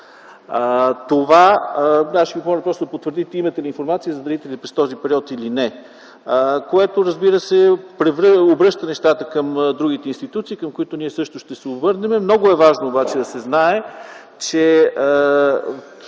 разбрал? Ще Ви помоля просто да потвърдите имате ли информация за дарители през този период или не! Това обръща нещата към другите институции, към които ние също ще се обърнем. Много е важно обаче да се знае, че